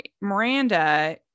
Miranda